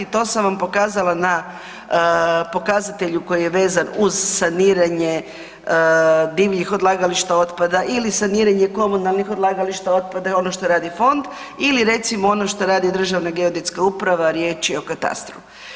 To sam vam pokazala na pokazatelju koji je vezan uz saniranje divljih odlagališta otpada ili saniranje komunalnih odlagališta otpada ono što radi fond ili recimo ono što radi Državna geodetska uprava riječ je o katastru.